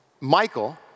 Michael